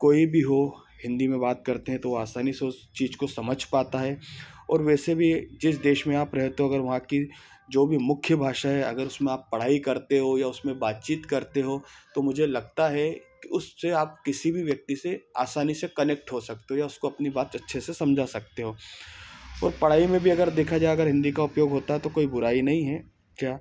कोई भी हो हिंदी में बात करते हैं तो आसानी से उस चीज को समझ पाता है और वैसे भी जिस देश में आप रहते हो अगर वहाँ की जो भी मुख्य भाषा है अगर उसमें आप पढ़ाई करते हो या उसमें बातचीत करते हो तो मुझे लगता है कि उससे आप किसी भी व्यक्ति से आसानी से कनेक्ट हो सकते हो या उसको अपनी बात अच्छे से समझा सकते हो और पढ़ाई में भी अगर देखा जाए अगर हिंदी का उपयोग होता है तो कोई बुराई नहीं है क्या